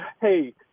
hey